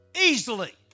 easily